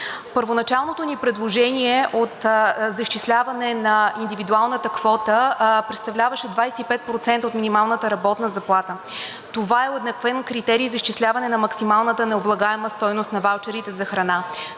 Първоначалното ни предложение за изчисляване на индивидуалната квота представляваше 25% от минималната работна заплата. Това е уеднаквен критерий за изчисляване на максималната необлагаема стойност на ваучерите за храна.